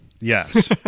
Yes